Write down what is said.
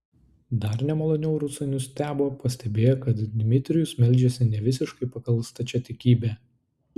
dar nemaloniau rusai nustebo pastebėję kad dmitrijus meldžiasi nevisiškai pagal stačiatikybę